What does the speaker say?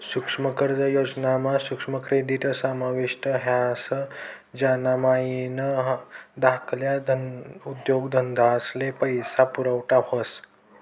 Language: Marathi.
सुक्ष्म कर्ज योजना मा सुक्ष्म क्रेडीट समाविष्ट ह्रास ज्यानामाईन धाकल्ला उद्योगधंदास्ले पैसा पुरवठा व्हस